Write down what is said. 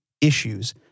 issues